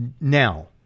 Now